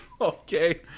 Okay